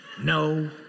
No